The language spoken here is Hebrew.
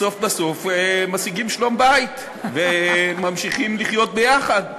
בסוף בסוף משיגים שלום-בית וממשיכים לחיות ביחד.